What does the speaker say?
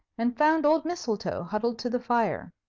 and found old mistletoe huddled to the fire.